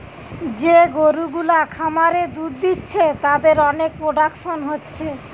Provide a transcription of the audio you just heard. যে গরু গুলা খামারে দুধ দিচ্ছে তাদের অনেক প্রোডাকশন হচ্ছে